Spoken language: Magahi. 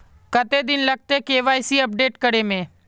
कते दिन लगते के.वाई.सी अपडेट करे में?